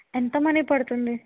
ఎంత మనీ పడుతుంది